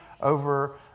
over